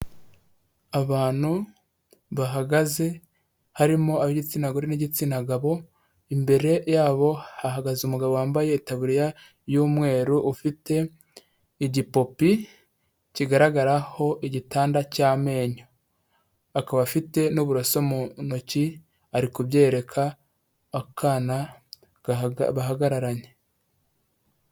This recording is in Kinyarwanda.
Abantu bahagaze harimo ab'igitsina gore n'igitsina gabo imbere yabo hahgaze umugabo wambaye itaburiya y'umweru ufite igipupe kigaragaraho igitanda cy'amenyo akaba afite n'uburaso mu ntoki ari kubyereka akana bahagararanye.